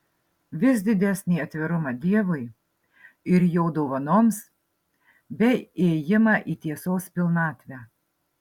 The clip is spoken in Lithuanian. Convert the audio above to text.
vis didesnį atvirumą dievui ir jo dovanoms bei ėjimą į tiesos pilnatvę